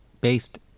based